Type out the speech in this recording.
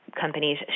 companies